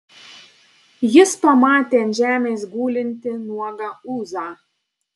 jis pamatė ant žemės gulintį nuogą ūzą